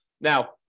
Now